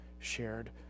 shared